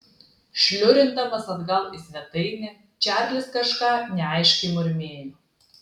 šliurindamas atgal į svetainę čarlis kažką neaiškiai murmėjo